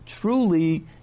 truly